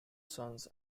sons